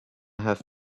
have